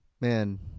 man